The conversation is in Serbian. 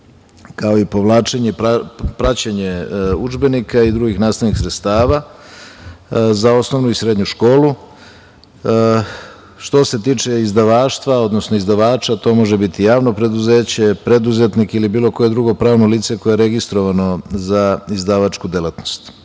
kao i praćenje udžbenika i drugih nastavnih sredstava za osnovnu i srednju školu. Što se tiče izdavaštva, odnosno izdavača, to može biti javno preduzeće, preduzetnik ili bilo koje drugo pravno lice koje je registrovano za izdavačku delatnost. Apropo